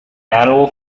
annual